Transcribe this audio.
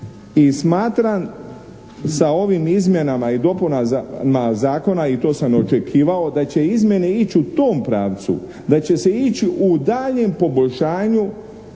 I smatram sa ovim izmjenama i dopunama zakona, i to sam očekivao, da će izmjene ići u tom pravcu, da će se ići u daljnjem poboljšanju